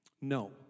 No